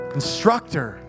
instructor